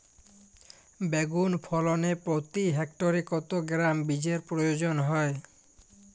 বেগুন ফলনে প্রতি হেক্টরে কত গ্রাম বীজের প্রয়োজন হয়?